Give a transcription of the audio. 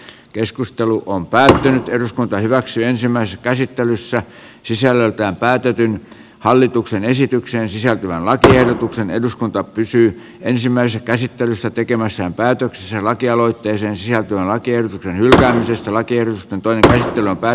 keskustelu on päätynyt eduskunta hyväksyi ensimmäisen käsittelyssä sisällöltään päätetyn hallituksen esitykseen sisältyvän lakiehdotuksen eduskunta pysyy ensimmäisen käsittelyssä tekemänsä päätöksen lakialoitteeseen sisältyvää lakien hylkäämisestä lakers antoi näyttelevä